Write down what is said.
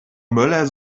möller